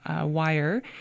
wire